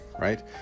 right